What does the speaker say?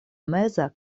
meza